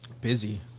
busy